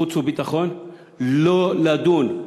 חוץ וביטחון לא לדון,